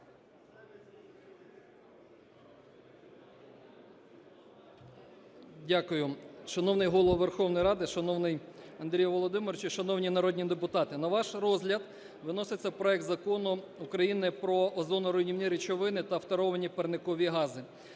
Дякую. Шановний Голово Верховної Ради шановний Андрію Володимировичу! Шановні народні депутати! На ваш розгляд виноситься проект Закону України про озоноруйнівні речовини та фторовані парникові гази.